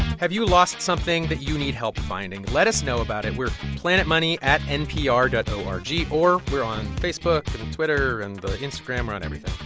have you lost something that you need help finding? let us know about it. we're planetmoney at npr dot o r g. or we're on facebook, twitter and instagram. we're on everything.